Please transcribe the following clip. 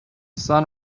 sun